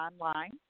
online